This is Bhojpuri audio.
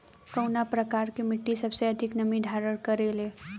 कउन प्रकार के मिट्टी सबसे अधिक नमी धारण करे ले?